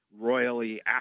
royally